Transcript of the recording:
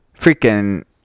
freaking